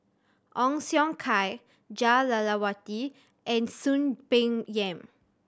Ong Siong Kai Jah Lelawati and Soon Peng Yam